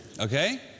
Okay